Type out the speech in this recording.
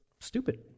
stupid